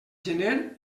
gener